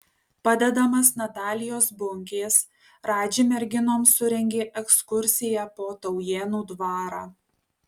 padedamas natalijos bunkės radži merginoms surengė ekskursiją po taujėnų dvarą